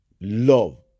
love